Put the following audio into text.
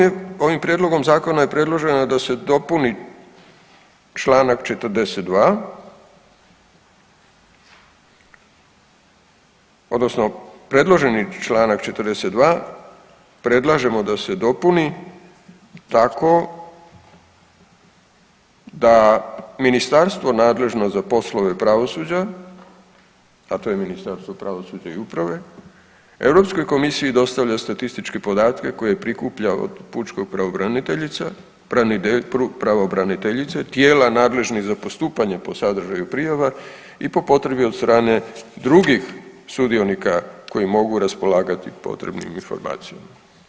je, ovim prijedlogom Zakona je predloženo da se dopuni čl. 42, odnosno predloženi čl. 42, predlažemo da se dopuni tako da ministarstvo nadležno za poslove pravosuđa, a to je Ministarstvo pravosuđa i uprave, EU komisiji dostavlja statističke podatke koje prikuplja od pučkog pravobraniteljica, pravobraniteljice, tijela nadležnih za postupanje po sadržaju prijava, i po potrebi, od strane drugih sudionika koji mogu raspolagati potrebnim informacijama.